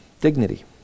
dignity